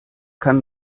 kann